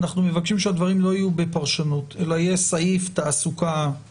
אנחנו מבקשים שהדברים לא יהיו בפרשנות אלא יהיה סעיף תעסוקה חד פעמי.